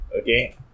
okay